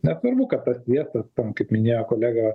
nesvarbu kad tas sviestas ten kaip minėjo kolega